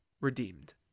redeemed